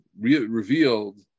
revealed